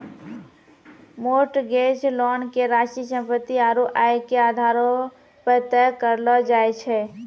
mortgage loan के राशि सम्पत्ति आरू आय के आधारो पे तय करलो जाय छै